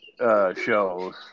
Shows